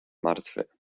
martwy